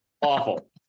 Awful